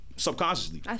subconsciously